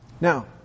Now